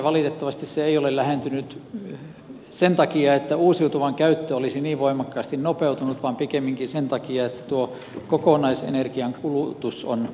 valitettavasti se ei ole lähentynyt sen takia että uusiutuvan käyttö olisi niin voimakkaasti nopeutunut vaan pikemminkin sen takia että tuo kokonaisenergiankulutus on taittunut